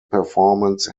performance